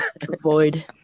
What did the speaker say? void